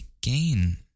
gain